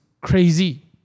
crazy